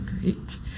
Great